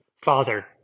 Father